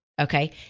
Okay